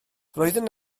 flwyddyn